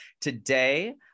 Today